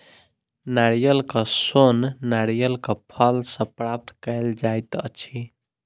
नारियलक सोन नारियलक फल सॅ प्राप्त कयल जाइत अछि